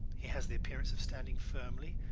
he has the appearance of standing firmly,